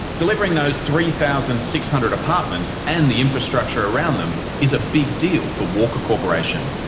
delivering those three thousand six hundred apartments and the infrastructure around them is a big deal for walker corporation.